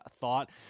thought